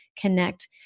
connect